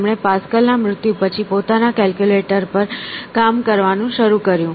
તેમણે પાસ્કલ ના મૃત્યુ પછી પોતાના કેલ્ક્યુલેટર પર કામ કરવાનું શરૂ કર્યું